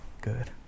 good